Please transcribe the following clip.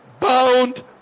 bound